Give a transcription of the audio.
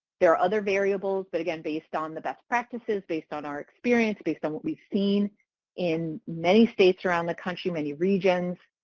there are other variables but again based on the best practices, based on our experience, based on what we've seen in many states around the country, many regions,